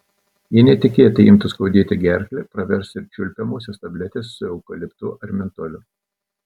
jei netikėtai imtų skaudėti gerklę pravers ir čiulpiamosios tabletės su eukaliptu ar mentoliu